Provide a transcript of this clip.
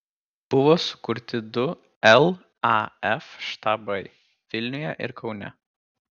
buvo sukurti du laf štabai vilniuje ir kaune